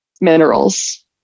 minerals